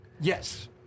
Yes